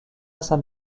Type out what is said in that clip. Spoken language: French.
san